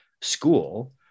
school